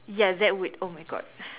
ya that would oh my god